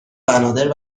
بنادر